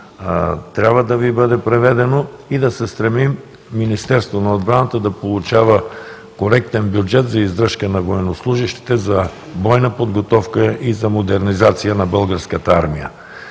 трябва да Ви бъде преведено, и да се стремим Министерството на отбраната да получава коректен бюджет за издръжка на военнослужещите за бойна подготовка и модернизация на Българската армия.